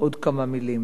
עוד כמה מלים.